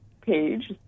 page